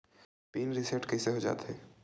Pin reset कइसे हो जाथे?